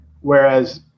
whereas